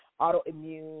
autoimmune